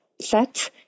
set